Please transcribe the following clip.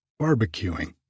barbecuing